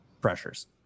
pressures